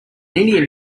indian